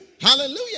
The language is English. Hallelujah